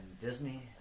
Disney